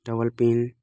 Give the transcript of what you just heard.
double pin